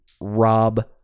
rob